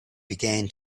began